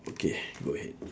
okay go ahead